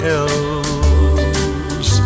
else